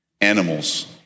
animals